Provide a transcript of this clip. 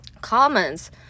comments